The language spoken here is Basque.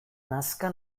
nazka